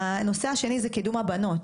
הנושא השני הוא קידום הבנות,